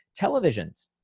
televisions